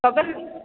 হবে